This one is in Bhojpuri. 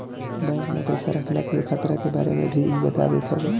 बैंक में पईसा रखला के खतरा के बारे में भी इ बता देत हवे